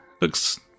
Looks